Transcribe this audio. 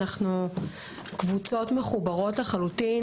אנחנו קבוצות מחוברות לחלוטין,